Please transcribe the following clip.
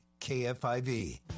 KFIV